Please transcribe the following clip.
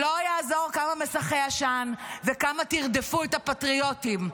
לא יעזור כמה מסכי עשן וכמה תרדפו את הפטריוטים,